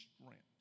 strength